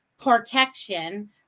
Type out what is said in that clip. protection